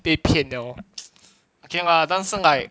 被骗了 okay lah 但是 like